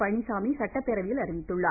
பழனிச்சாமி சட்டப்பேரவையில் அறிவித்தார்